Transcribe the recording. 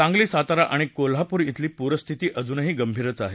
सांगली सातारा आणि कोल्हापूर धिली पूरस्थिती अजूनही गंभीरच आहे